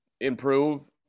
improve